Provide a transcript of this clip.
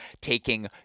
taking